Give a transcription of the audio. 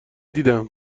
دیدم